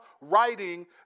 writing